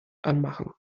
anmachen